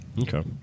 Okay